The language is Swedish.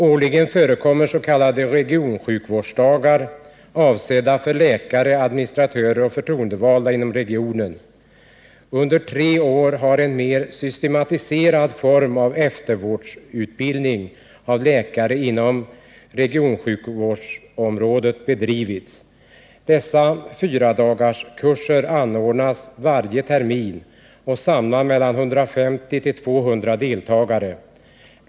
Årligen förekommer s.k. regionsjukvårdsdagar avsedda för läkare, administratörer och förtroendevalda inom regionen. Under tre år har en mer systematiserad form av eftervårdsutbildning av läkare bedrivits inom sjukvårdsregionen. Dessa fyradagarskurser anordnas varje termin och samlar 150-200 deltagare.